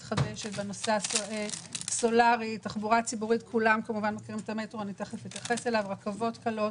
באנרגיה מתחדשת, תחבורה ציבורית, רכבות קלות,